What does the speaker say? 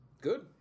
Good